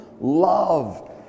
love